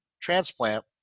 transplant